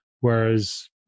Whereas